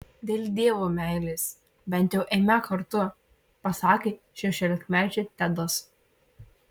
dėl dievo meilės bent jau eime kartu pasakė šešiolikmečiui tedas